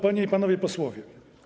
Panie i Panowie Posłowie!